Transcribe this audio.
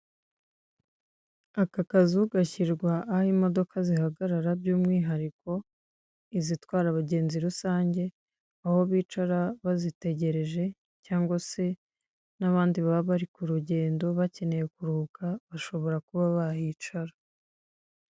Aka kazu gashyirwa aho imodoka zihagarara by'umwihariko izitwara abagenzi rusange, aho bicara bazitegereje cyangwa se n'abandi baba bari kurugendo bakeneye kuruhuka bashobora kuba bahicara.